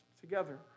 together